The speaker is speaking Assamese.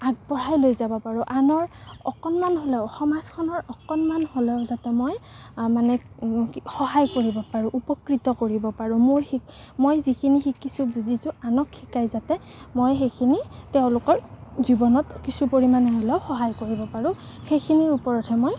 আগবঢ়াই লৈ যাব পাৰোঁ আনৰ অকণমান হ'লেও সমাজখনৰ অকণমান হ'লেও যাতে মই মানে সহায় কৰিব পাৰোঁ উপকৃত কৰিব পাৰোঁ মোৰ শিক মই যিখিনি শিকিছোঁ বুজিছোঁ আনক শিকাই যাতে মই সেইখিনি তেওঁলোকৰ জীৱনত কিছু পৰিমাণে হ'লেও সহায় কৰিব পাৰোঁ সেইখিনিৰ ওপৰতহে মই